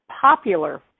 popular